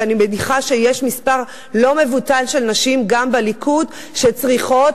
ואני מניחה שיש מספר לא מבוטל של נשים גם בליכוד שצריכות